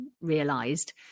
realised